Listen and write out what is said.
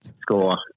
score